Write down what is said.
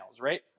Right